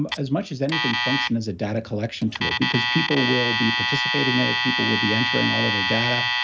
um as much as anything, function as a data collection tool, because people will be participating in it, people will be entering all of their data.